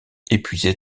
épuisée